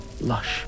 lush